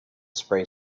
spray